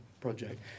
project